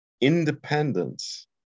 independence